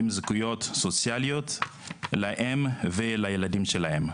עם זכויות סוציאליות להם ולילדים שלהם.